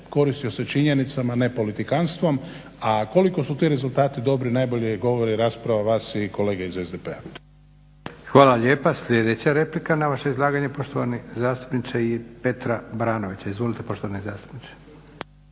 koristio se činjenicama ne politikantstvom, a koliko su ti rezultati dobri najbolje govori rasprava vas i kolege iz SDP-a. **Leko, Josip (SDP)** Hvala lijepa. Sljedeća replika na vaše izlaganje, poštovani zastupnik Petar Baranović. Izvolite poštovani zastupniče.